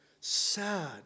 sad